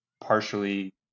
partially